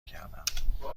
کردم